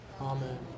Amen